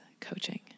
coaching